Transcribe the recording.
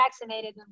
vaccinated